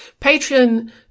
patreon